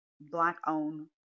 Black-owned